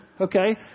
okay